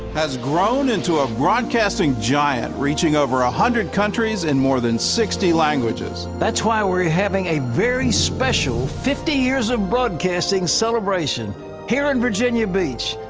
has grown into a broadcasting giant, reaching over one ah hundred countries and more than sixty languages. that's why we're having a very special, fifty years of broadcasting celebration here in virginia beach,